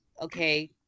okay